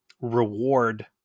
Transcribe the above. reward